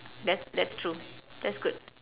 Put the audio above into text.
that~ that's true that's good